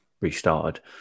restarted